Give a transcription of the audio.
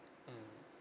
mmhmm